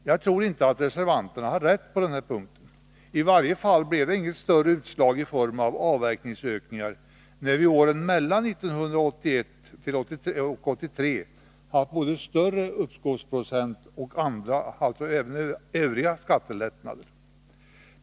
Jag tror inte att reservanterna har rätt på den här punkten. I varje fall blev det inget större utslag i form av avverkningsökningar när vi 1981 till 1983 haft både större uppskovsprocent och andra skattelättnader.